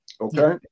okay